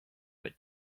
but